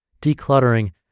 decluttering